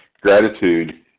Gratitude